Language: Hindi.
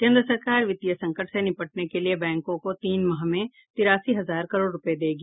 केन्द्र सरकार वित्तीय संकट से निपटने के लिए बैंकों को तीन माह में तिरासी हजार करोड़ रूपये देगी